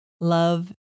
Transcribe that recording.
love